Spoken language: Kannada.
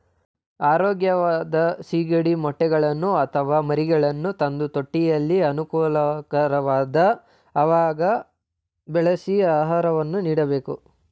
ಆರೋಗ್ಯವಂತ ಸಿಗಡಿ ಮೊಟ್ಟೆಗಳನ್ನು ಅಥವಾ ಮರಿಗಳನ್ನು ತಂದು ತೊಟ್ಟಿಯಲ್ಲಿ ಅನುಕೂಲಕರವಾದ ಅವಾಗ ಬೆಳೆಸಿ ಆಹಾರವನ್ನು ನೀಡಬೇಕು